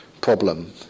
problem